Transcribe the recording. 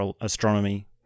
astronomy